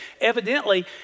Evidently